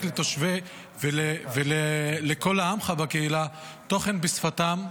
לתושבים ולכל העמך בקהילה תוכן בשפתם,